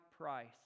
price